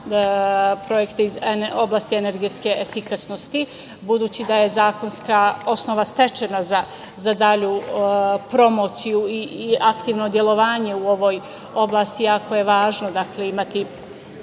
projekat je iz oblasti energetske efikasnosti. Budući da je zakonska osnova stečena za dalju promociju i aktivno delovanje u ovoj oblasti, jako je važno imati